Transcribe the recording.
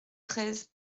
treize